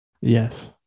Yes